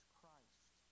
Christ